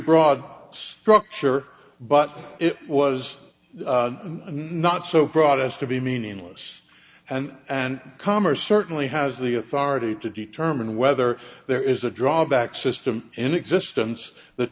broad structure but it was not so broad as to be meaningless and and commerce certainly has the authority to determine whether there is a drawback system in existence that